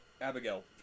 Abigail